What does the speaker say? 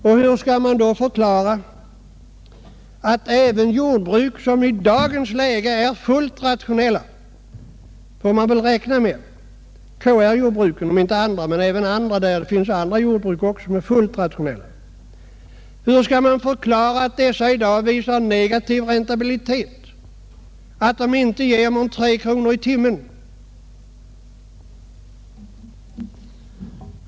Och hur skall man förklara att även jordbruk som i dag är fullt rationella, t.ex. KR-jordbruken — det finns också andra som är fullt rationella — visar negativ räntabilitet och inte ger mer än 3 kronor i timmen?